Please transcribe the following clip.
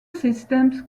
systems